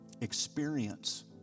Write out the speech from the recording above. Experience